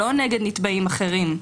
לא נגד נתבעים אחרים.